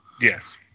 Yes